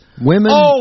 Women